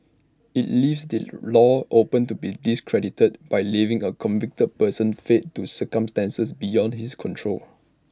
IT leaves the law open to be discredited by leaving A convicted person fate to circumstances beyond his control